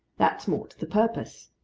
that's more to the purpose.